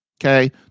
okay